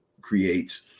creates